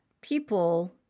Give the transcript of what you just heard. people